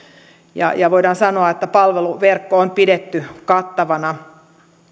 ja ja voidaan sanoa että palveluverkko on pidetty kattavana